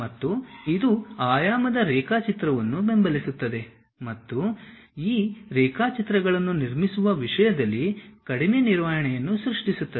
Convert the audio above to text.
ಮತ್ತು ಇದು ಆಯಾಮದ ರೇಖಾಚಿತ್ರವನ್ನು ಬೆಂಬಲಿಸುತ್ತದೆ ಮತ್ತು ಈ ರೇಖಾಚಿತ್ರಗಳನ್ನು ನಿರ್ಮಿಸುವ ವಿಷಯದಲ್ಲಿ ಕಡಿಮೆ ನಿರ್ವಹಣೆಯನ್ನು ಸೃಷ್ಟಿಸುತ್ತದೆ